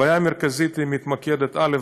הבעיה המרכזית מתמקדת, א.